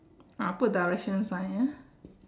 ah put direction sign ah